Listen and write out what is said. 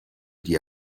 die